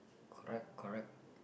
alright correct